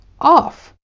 off